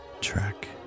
track